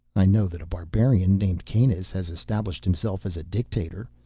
i know that a barbarian named kanus has established himself as a dictator.